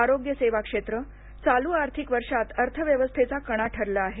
आरोग्य सेवा क्षेत्र चालू आर्थिक वर्षात अर्थव्यवस्थेचा कणा ठरल आहे